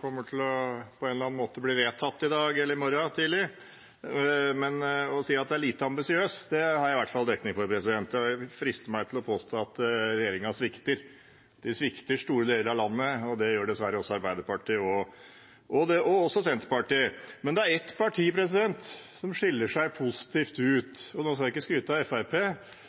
på en eller annen måte kommer til å bli vedtatt i dag eller i morgen tidlig, men å si at den er lite ambisiøs, har jeg i hvert fall dekning for. Den frister meg til å påstå at regjeringen svikter. Den svikter store deler av landet, og det gjør dessverre også Arbeiderpartiet og Senterpartiet. Men det er ett parti som skiller seg positivt ut – og nå skal jeg ikke skryte av